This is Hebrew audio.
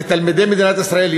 לתלמידי מדינת ישראל,